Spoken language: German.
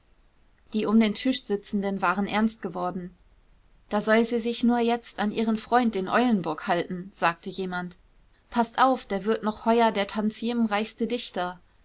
die um den tisch sitzenden waren ernst geworden da soll sie sich nur jetzt an ihren freund den eulenburg halten sagte jemand paßt auf der wird noch heuer der tantiemenreichste dichter